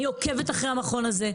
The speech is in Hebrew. אני עוקבת אחרי המכון הזה.